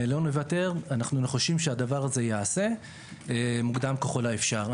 לא נוותר וחושבים שזה ייעשה מוקדם ככל האפשר.